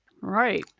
right